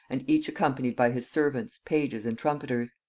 and each accompanied by his servants, pages, and trumpeters.